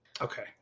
Okay